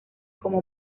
como